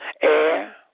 air